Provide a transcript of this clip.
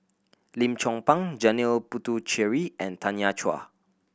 Lim Chong Pang Janil Puthucheary and Tanya Chua